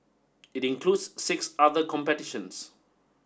it includes six other competitions